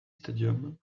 stadium